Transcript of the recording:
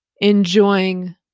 enjoying